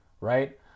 right